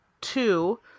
two